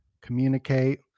communicate